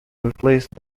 replaced